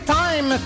time